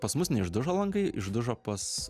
pas mus neišdužo langai išdužo pas